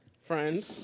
friend